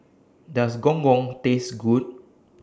Does Gong Gong Taste Good